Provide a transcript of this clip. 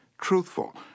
truthful